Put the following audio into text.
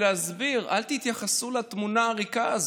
להסביר: אל תתייחסו לתמונה הריקה הזאת.